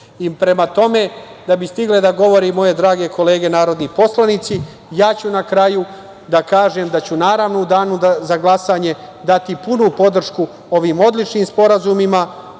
tome, da bi stigle da govore i moje drage kolege narodni poslanici, ja ću na kraju da kažem da ću naravno u danu za glasanje dati punu podršku ovim odličnim sporazumima